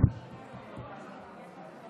חבריי חברי הכנסת,